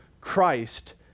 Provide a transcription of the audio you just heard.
Christ